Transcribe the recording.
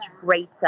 greater